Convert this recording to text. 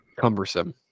cumbersome